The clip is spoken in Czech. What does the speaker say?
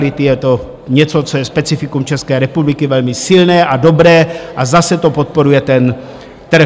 Je to něco, co je specifikum České republiky, velmi silné a dobré a zase to podporuje ten trh.